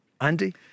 Andy